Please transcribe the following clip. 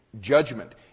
Judgment